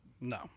no